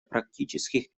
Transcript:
практических